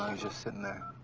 just sitting there.